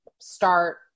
start